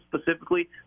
specifically